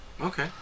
okay